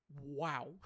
Wow